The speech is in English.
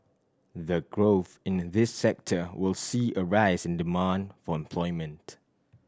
the growth in this sector will see a rise in demand for employment